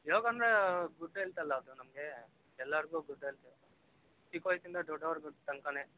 ಯೋಗ ಅಂದರೆ good health ಅಲ್ಲಾ ಅದು ನಮಗೆ ಎಲ್ಲಾರಿಗು ಗುಡ್ ಎಲ್ತ್ ಚಿಕ್ಕ ವಯಸ್ಸಿಂದ ದೊಡ್ಡೋರಿಗು ತನ್ಕಾನೆ